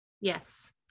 Yes